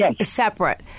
separate